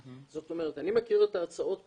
זאת אומרת אני מכיר את ההצעות פעמיים,